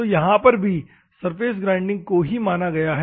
तो यहां पर भी सरफेस ग्राइंडिंग को ही माना गया है